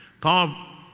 Paul